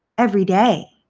every day,